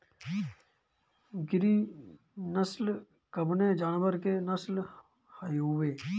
गिरी नश्ल कवने जानवर के नस्ल हयुवे?